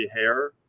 hair